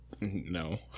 No